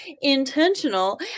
Intentional